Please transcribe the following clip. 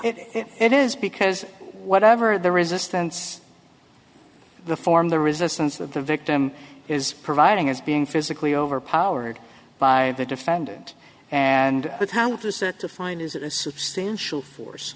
it is because whatever the resistance the form the resistance of the victim is providing it's being physically overpowered by the defendant and with how to search to find is that a substantial force